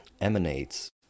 emanates